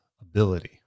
ability